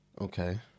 Okay